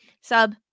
sub